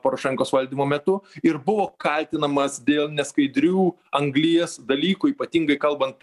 porošenkos valdymo metu ir buvo kaltinamas dėl neskaidrių anglies dalykų ypatingai kalbant